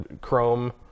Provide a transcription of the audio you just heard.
chrome